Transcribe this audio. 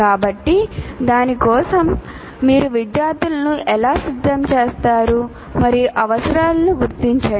కాబట్టి దాని కోసం మీరు విద్యార్థులను ఎలా సిద్ధం చేస్తారు మరియు అవసరాలను గుర్తించండి